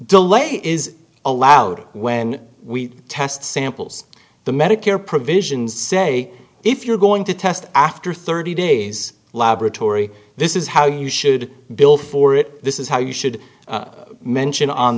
delay is allowed when we test samples the medicare provisions say if you're going to test after thirty days laboratory this is how you should bill for it this is how you should mention on